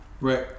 Right